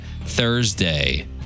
Thursday